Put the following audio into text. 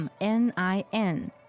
N-I-N